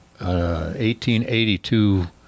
1882